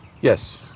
Yes